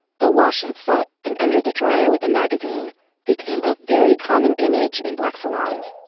the wash-n-set and under the dryer with a magazine became a very common image in black salons.